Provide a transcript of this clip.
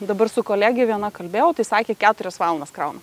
dabar su kolege viena kalbėjau tai sakė keturias valandas krauna